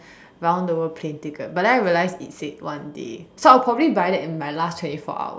round the world plane ticket but then I realised it said one day so I would probably buy that in my last twenty four hours